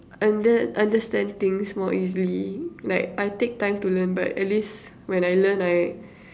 under~ understand things more easily like I take time to learn but at least when I learn I